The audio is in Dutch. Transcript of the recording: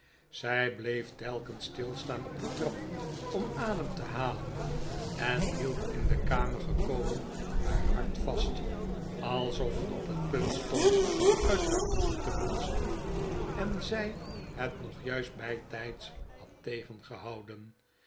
zg bleef telkens stilstaan op de trap om adem te halen en hield in de kamer gekomen haar hart vast alsof het op punt stond uit haar boezem te bonzen en zg het nog juist bijtgds had